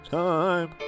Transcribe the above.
time